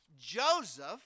Joseph